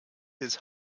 his